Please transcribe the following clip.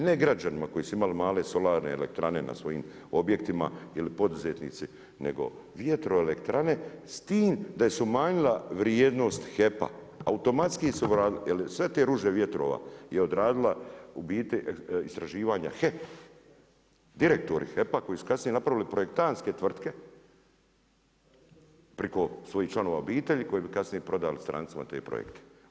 Ne građanima koji su imali male solarne elektrane na svojim objektima ili poduzetnici nego vjetroelektrane s time da se je umanjila vrijednost HEP-a, automatski su … Jer sve te … vjetrova je odradila u biti istraživanja HEP, direktori HEP-a koji su kasnije napravili projektantske tvrtke preko svojih članova obitelji koji bi kasnije prodali strancima te projekte.